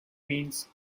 means